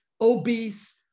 obese